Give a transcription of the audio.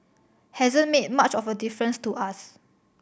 hasn't made much of a difference to us